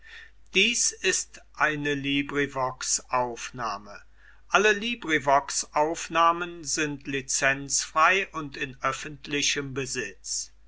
ausgeblieben ist und